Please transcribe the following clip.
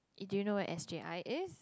it do you know where S_J_I is